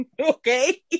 Okay